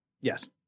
Yes